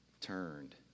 turned